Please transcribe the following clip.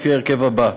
בהרכב הזה: